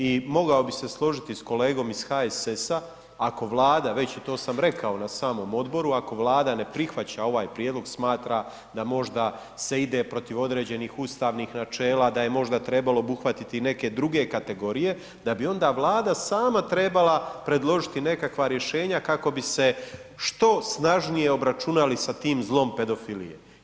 I mogao bih se složiti sa kolegom iz HSS-a ako Vlada već, i to sam rekao na samom odboru, ako Vlada ne prihvaća ovaj prijedlog, smatra da možda se ide protiv određenih ustavnih načela, da je možda trebalo obuhvatiti i neke druge kategorije, da bi onda Vlada sama trebala predložiti nekakva rješenja kako bi se što snažnije obračunali sa tim zlom pedofilije.